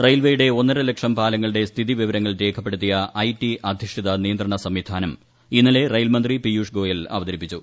റെയിൽവേയുടെ ഒന്നരലക്ഷം പാലങ്ങളുടെ സ്ഥിതിവിവരങ്ങൾ രേഖപ്പെടുത്തിയ ഐടി അധിഷ്ഠിത നിയന്ത്രണ സംവിധാനം ഇന്നലെ റെയിൽ മന്ത്രി പിയൂഷ് ഗോയൽ അവതരിപ്പിച്ചു